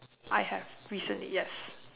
I have recently yes